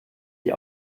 die